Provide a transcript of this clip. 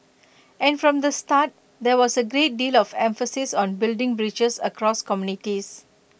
and from the start there was A great deal of emphasis on building bridges across communities